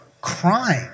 crime